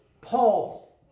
Paul